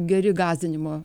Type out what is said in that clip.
geri gąsdinimo